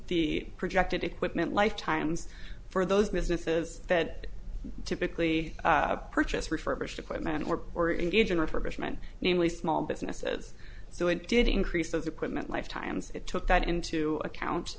the projected equipment life times for those businesses that typically purchase refurbished equipment or or engage in her basement namely small businesses so it did increase those equipment life times it took that into account